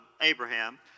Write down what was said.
Abraham